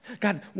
God